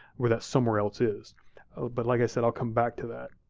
where that somewhere else is. but like i said, i'll come back to that.